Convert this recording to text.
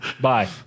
bye